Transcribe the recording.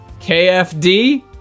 KFD